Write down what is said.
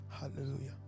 Hallelujah